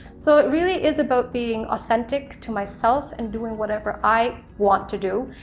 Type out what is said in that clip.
so it really is about being authentic to myself and doing whatever i want to do,